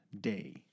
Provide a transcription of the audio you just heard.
day